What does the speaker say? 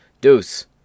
Deuce